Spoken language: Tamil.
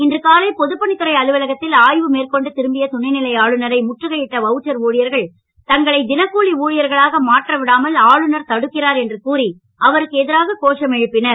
இன்று காலை பொதுப்பணித்துறை அலுவலகத்தில் ஆய்வு மேற்கொண்டு திரும்பிய துணைநிலை ஆளுநரை முற்றிகையிட்ட வவுச்சர் ஊழியர்கள் தங்களை தினக்கூலி ஊழியர்களாக மாற்றவிடாமல் ஆளுநர் தடுக்கிறார் என்று கூறி அவருக்கு எதிராக கோஷம் எழுப்பினர்